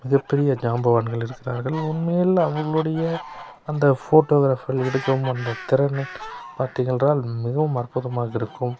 மிகப்பெரிய ஜாம்பவான்கள் இருக்கிறார்கள் உண்மையில் அவங்களுடைய அந்த ஃபோட்டோகிராஃப்கள் எடுக்கும் அந்த திறனை பார்த்திர்ங்கென்றால் மிகவும் அற்புதமாக இருக்கும்